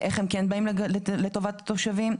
איך הם כן באים לטובת התושבים?